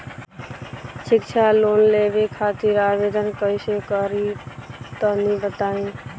शिक्षा लोन लेवे खातिर आवेदन कइसे करि तनि बताई?